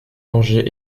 angers